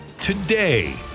today